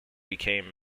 became